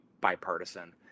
bipartisan